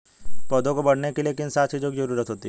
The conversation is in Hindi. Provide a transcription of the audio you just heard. पौधों को बढ़ने के लिए किन सात चीजों की जरूरत होती है?